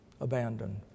abandoned